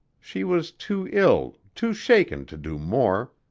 she was too ill, too shaken to do more.